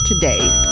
today